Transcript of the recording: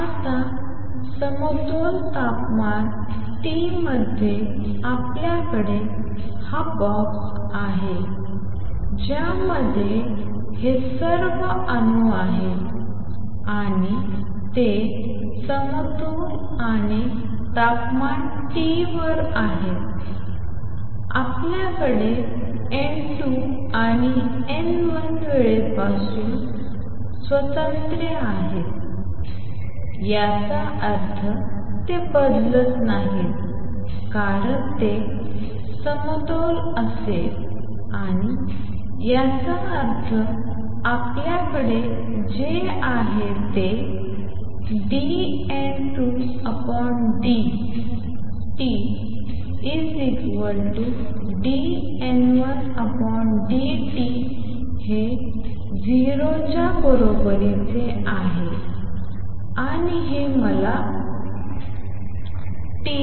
आतासमतोल तापमान T मध्ये आपल्याकडे हा बॉक्स आहे ज्यामध्ये हे सर्व अणू आहेत आणि ते समतोल आणि तापमान T वर आहेत आपल्या कडे N2 आणि N1 वेळेपासून स्वतंत्र आहेत याचा अर्थ ते बदलत नाहीत कारण ते समतोल असेल आणि याचा अर्थ आपल्याकडे जे आहे ते dN2dt dN1dt हे 0 च्या बरोबरीचे आहे आणि हे मला A21N2 uTN1B120